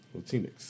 Latinx